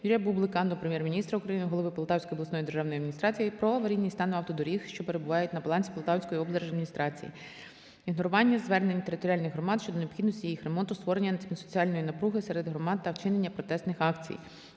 Юрія Бублика до Прем'єр-міністра України, голови Полтавської обласної державної адміністрації про аварійний стан автодоріг, що перебувають на балансі Полтавської облдержадміністрації, ігнорування звернень територіальних громад щодо необхідності їх ремонту, створення цим соціальної напруги серед громад та вчинення протестних акцій.